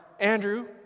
Andrew